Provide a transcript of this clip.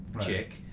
chick